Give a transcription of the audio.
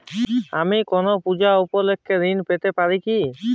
আমি কোনো পূজা উপলক্ষ্যে ঋন পেতে পারি কি?